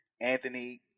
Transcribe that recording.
Anthony